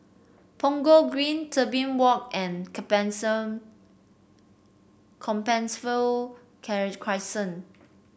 Punggol Green Tebing Walk and Compassvale Crescent